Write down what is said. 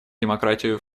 демократию